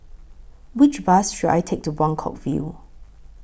Which Bus should I Take to Buangkok View